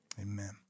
Amen